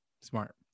smart